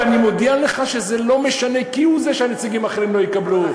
ואני מודיע לך שזה לא משנה כהוא זה שהנציגים האחרים לא יקבלו.